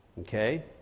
okay